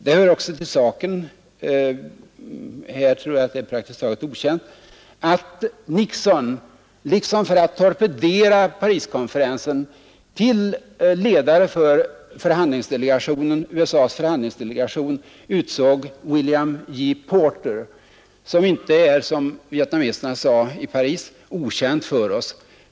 Det hör också till saken — här tror jag att detta är praktiskt taget okänt — att Nixon, liksom för att torpedera Pariskonferensen, till ledare för USA:s förhandlingsdelegation utsåg William J. Porter. Han är, som vietnameserna sade i Paris, inte okänd för dem.